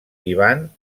ivan